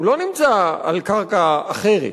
הוא לא נמצא על קרקע אחרת,